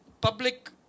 public